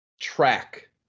track